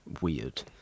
weird